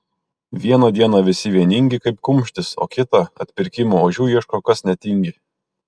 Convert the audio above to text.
vieną dieną visi vieningi kaip kumštis o kitą atpirkimo ožių ieško kas netingi